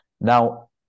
Now